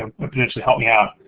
ah potentially help me out.